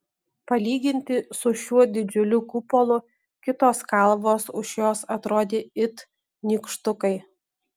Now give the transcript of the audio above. palyginti su šiuo didžiuliu kupolu kitos kalvos už jos atrodė it nykštukai